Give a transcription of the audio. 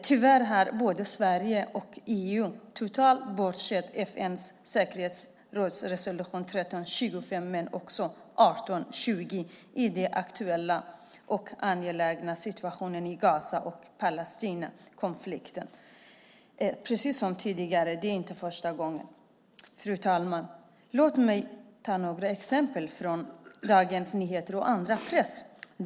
Tyvärr har både Sverige och EU totalt bortsett från FN:s säkerhetsråds resolutioner 1325 och 1820 i den aktuella och angelägna situationen i Gaza och Palestinakonflikten - precis som tidigare. Det är inte första gången. Fru talman! Låt mig ta några exempel från Dagens Nyheter och annan press.